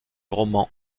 roman